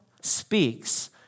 speaks